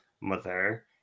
mother